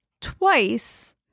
twice